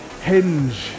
hinge